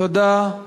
תודה.